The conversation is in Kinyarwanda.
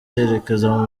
yerekeza